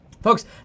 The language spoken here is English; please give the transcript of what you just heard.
Folks